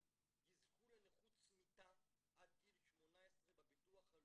יזכו לנכות צמיתה עד גיל 18 בביטוח לאומי,